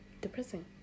depressing